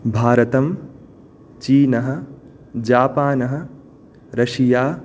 भारतम् चीनः जापानः रषिया